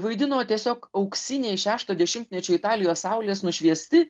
vaidino tiesiog auksiniai šešto dešimtmečio italijos saulės nušviesti